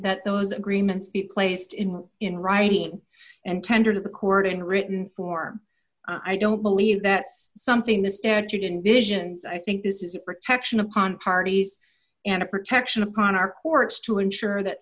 that those agreements be placed in in writing and tendered to court in written form i don't believe that's something the statute envisions i think this is a protection upon parties and a protection upon our courts to ensure that